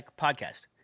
podcast